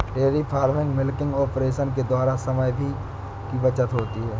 dairy farming milking operation के द्वारा समय की भी बचत होती है